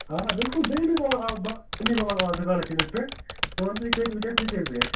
آ بِلکُل دوٚیمہِ دۄہ آس بہٕ اَمی دوکانس چٲنِس پیٚٹھ مےٚ ون تہٕ یہِ کۭتس گَژھِ یہِ کۭتس گَژھِ